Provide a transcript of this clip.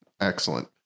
Excellent